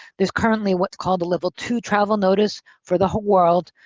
there's currently what's called the level two travel notice for the whole world,